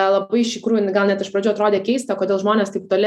labai iš tikrųjų gal net iš pradžių atrodė keista kodėl žmonės taip toli